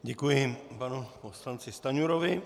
Děkuji panu poslanci Stanjurovi.